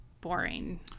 boring